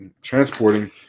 transporting